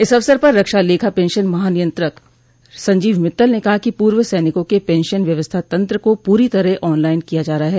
इस अवसर पर रक्षा लेखा पेंशन महानियंत्रक संजीव मित्तल ने कहा कि पूर्व सैनिकों क पेंशन व्यवस्था तंत्र को पूरी तरह ऑन लाइन किया जा रहा है